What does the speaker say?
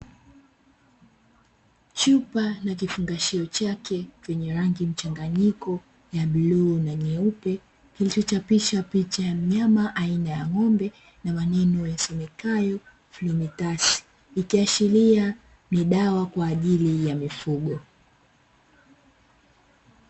Chupa na kifungashio chake vyenye rangi mchanganyiko ya bluu na nyeupe, kilichochapishwa picha ya mnyama aina ya ng’ombe na maneno yasomekayo "Flumitas"; ikiashiria ni dawa kwa ajili ya mifugo.